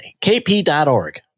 kp.org